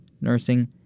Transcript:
nursing